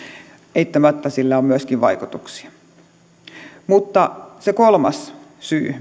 eittämättä sillä on myöskin vaikutuksia se kolmas syy